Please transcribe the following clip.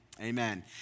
amen